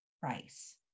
price